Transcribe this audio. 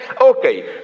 okay